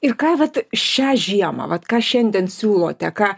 ir ką vat šią žiemą vat ką šiandien siūlote ką